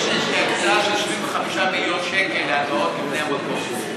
נניח יש איזושהי הקצאה של 25 מיליון שקל להלוואות לבני המקום,